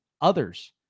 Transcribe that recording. others